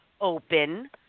open